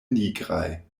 nigraj